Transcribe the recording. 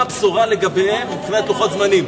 מה הבשורה לגביהם מבחינת לוחות זמנים?